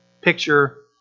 picture